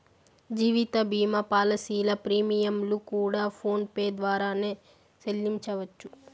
జీవిత భీమా పాలసీల ప్రీమియంలు కూడా ఫోన్ పే ద్వారానే సెల్లించవచ్చు